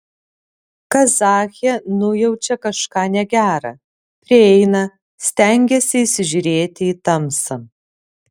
kazachė nujaučia kažką negera prieina stengiasi įsižiūrėti į tamsą